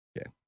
Okay